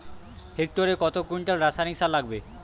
হেক্টরে কত কুইন্টাল রাসায়নিক সার লাগবে?